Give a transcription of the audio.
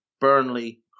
Burnley